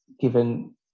given